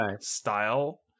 style